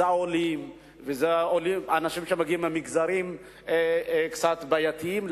עולים ואנשים שמגיעים ממגזרים קצת בעייתיים.